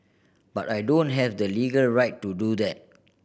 but I don't have the legal right to do that